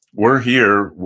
we're here.